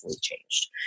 changed